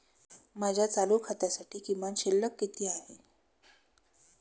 माझ्या चालू खात्यासाठी किमान शिल्लक किती आहे?